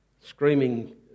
screaming